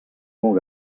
molt